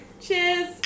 cheers